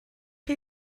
chi